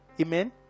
amen